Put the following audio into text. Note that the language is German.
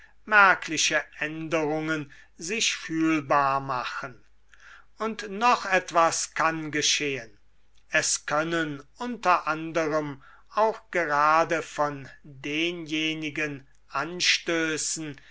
merkliche änderungen sich fühlbar machen und noch etwas kann geschehen es können unter anderem auch gerade von denjenigen anstößen